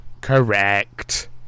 Correct